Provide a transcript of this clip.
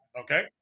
okay